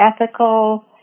ethical